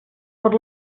per